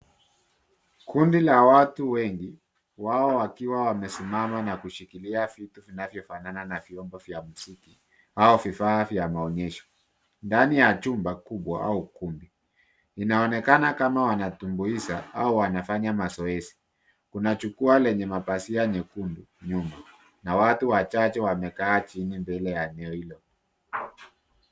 Kundi la watu wengi wao wakiwa wamesimama na kushikilia vitu vinavyofanana na vyombo vya muziki au vifaa vya maonyesho ndani ya chumba kubwa au ukumbi. Inaonekana kama wanatumbuiza au wanafanya mazoezi. Kuna jukwaa lenye mapazia nyekundu nyuma na watu wachache wameketi chini mbele ya eneo hilo.